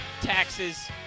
taxes